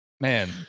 Man